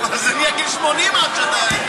זה יגיע ל-80 עד שאתה,